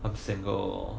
I'm single